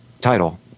title